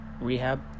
Rehab